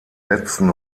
letzten